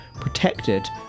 protected